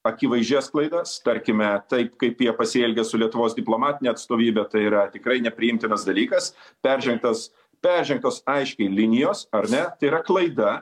akivaizdžias klaidas tarkime tai kaip jie pasielgė su lietuvos diplomatine atstovybe tai yra tikrai nepriimtinas dalykas peržengtas peržengtos aiškiai linijos ar ne tai yra klaida